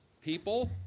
people